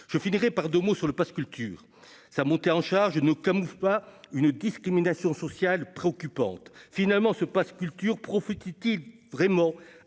je finirai par Domo sur le Pass culture sa montée en charge, nous comme ou pas une discrimination sociale préoccupante finalement ce Pass culture, prophétise-t-il vraiment à